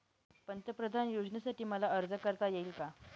पंतप्रधान योजनेसाठी मला अर्ज करता येईल का?